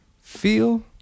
feel